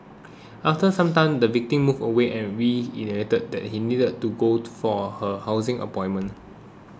after some time the victim moved away and reiterated that she needed to go for her housing appointment